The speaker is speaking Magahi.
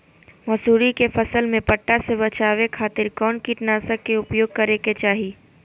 मसूरी के फसल में पट्टा से बचावे खातिर कौन कीटनाशक के उपयोग करे के चाही?